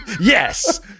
yes